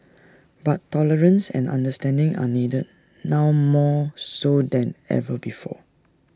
but tolerance and understanding are needed now more so than ever before